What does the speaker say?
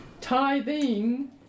Tithing